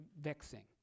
vexing